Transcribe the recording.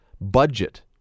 budget